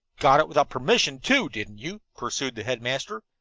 got it without permission, too, didn't you? pursued the headmaster.